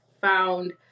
found